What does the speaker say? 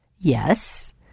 Yes